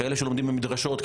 כאלה שלומדים במדרשות,